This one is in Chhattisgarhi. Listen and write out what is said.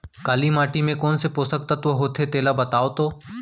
काली माटी म कोन से पोसक तत्व होथे तेला बताओ तो?